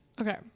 Okay